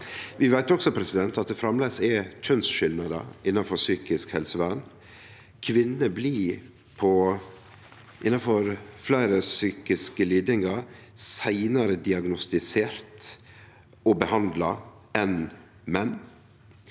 Vi veit også at det framleis er kjønnsskilnader innanfor psykisk helsevern. Kvinner blir innanfor fleire psykiske lidingar seinare diagnostiserte og behandla enn menn.